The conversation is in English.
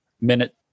minute